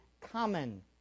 common